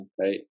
Right